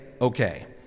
okay